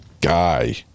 guy